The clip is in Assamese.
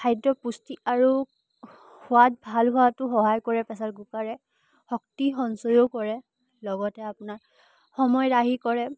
খাদ্যৰ পুষ্টি আৰু সোৱাদ ভাল হোৱাতো সহায় কৰে প্ৰেছাৰ কুকাৰে শক্তি সঞ্চয়ো কৰে লগতে আপোনাৰ সময় ৰাহিও কৰে